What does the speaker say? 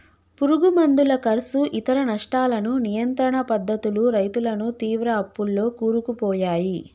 పురుగు మందుల కర్సు ఇతర నష్టాలను నియంత్రణ పద్ధతులు రైతులను తీవ్ర అప్పుల్లో కూరుకుపోయాయి